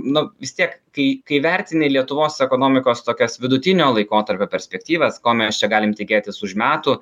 nu vis tiek kai kai vertini lietuvos ekonomikos tokias vidutinio laikotarpio perspektyvas ko mes čia galim tikėtis už metų